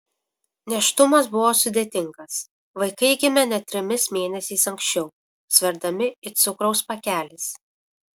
nėštumas buvo sudėtingas vaikai gimė net trimis mėnesiais anksčiau sverdami it cukraus pakelis